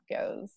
goes